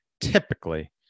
typically